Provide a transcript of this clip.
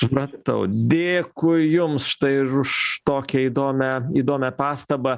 supratau dėkui jums štai už tokią įdomią įdomią pastabą